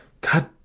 God